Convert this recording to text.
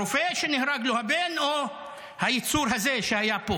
הרופא שנהרג לו הבן או היצור הזה שהיה פה?